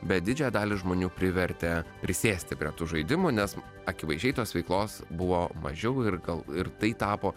bet didžiąją dalį žmonių privertė prisėsti prie žaidimų nes akivaizdžiai tos veiklos buvo mažiau ir gal ir tai tapo